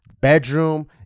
bedroom